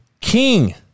king